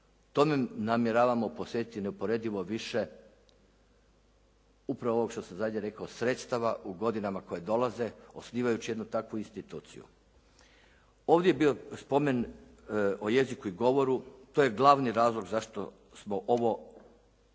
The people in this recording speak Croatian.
Tome namjeravamo posvetiti neuporedivo više upravo ovo što sam zadnje rekao sredstava u godinama koje dolaze osnivajući jednu takvu instituciju. Ovdje je bio spomen o jeziku i govoru. To je glavni razlog zašto smo ovo i